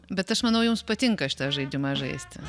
bet aš manau jums patinka šitą žaidimą žaisti